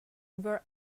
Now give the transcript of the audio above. were